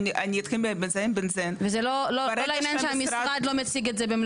לעניין שהמשרד לא מציג את זה,